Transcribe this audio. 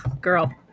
girl